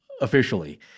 officially